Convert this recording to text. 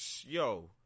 yo